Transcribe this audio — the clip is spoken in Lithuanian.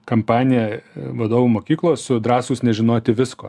kampaniją vadovų mokyklos su drąsūs nežinoti visko